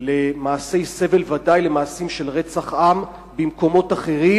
למעשי סבל, וודאי למעשים של רצח עם במקומות אחרים.